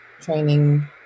training